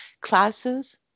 classes